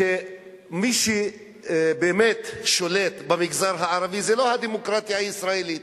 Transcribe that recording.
מי שבאמת שולט במגזר הערבי זה לא הדמוקרטיה הישראלית.